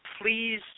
please